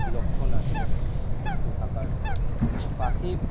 লক্ষণ আছে সুস্থ থাকার পাখির